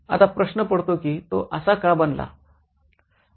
आता प्रश्न पडतो की तो असा का बनला